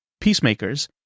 peacemakers